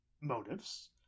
motives